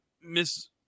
miss